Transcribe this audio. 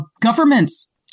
governments